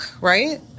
right